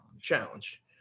challenge